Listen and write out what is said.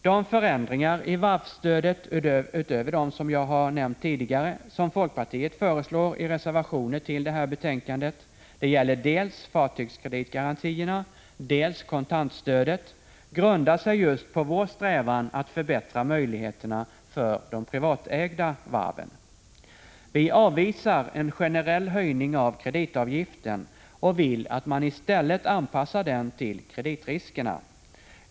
De förändringar i varvsstödet, utöver dem som jag nämnt tidigare, som folkpartiet föreslår i reservationer till det här betänkandet — det gäller dels fartygskreditgarantierna, dels kontantstödet — grundar sig just på vår strävan att förbättra möjligheterna för de privatägda varven. Vi avvisar en generell höjning av kreditgarantiavgiften och vill att man i - stället anpassar den till kreditriskerna.